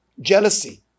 jealousy